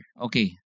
Okay